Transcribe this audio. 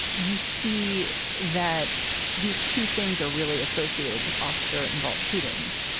you see that these two things are really associated with officer involved shootings,